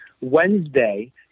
Wednesday